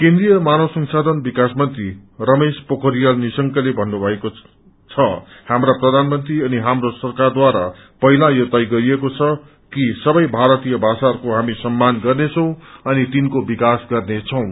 केन्द्रिय मानव संसाधन विाकास मंत्री रमेश पोखरियाल निशंकले भन्नुभयो हाम्रा प्रधानमंत्री अनि हाम्रो सरकारद्वारा पहिला यो तय गरिएको छ कि सबै भारतीय भाषाहरूको हामी सम्मान गर्नेछौ अनि तिनको विकास गर्नेछौं